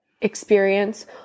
experience